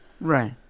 Right